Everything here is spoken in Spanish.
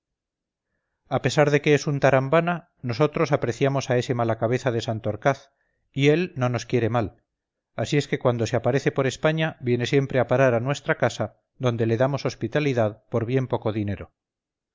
a pesar de es un tarambana nosotros apreciamos a este mala cabeza de santorcaz y él no nos quiere mal así es que cuando se aparece por españa siempre viene a parar a nuestra casa donde le damos hospitalidad por bien poco dinero